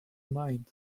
mind